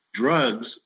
drugs